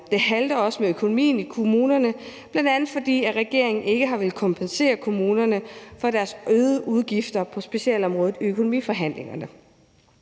Det halter også med økonomien i kommunerne, bl.a. fordi regeringen ikke har villet kompensere kommunerne for deres øgede udgifter på specialområdet i økonomiforhandlingerne.